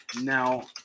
now